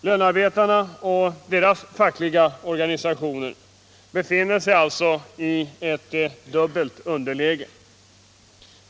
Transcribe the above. Lönarbetarna och deras fackliga organisationer befinner sig alltså i ett dubbelt underläge.